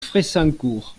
fressancourt